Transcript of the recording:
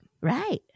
right